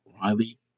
Riley